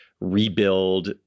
rebuild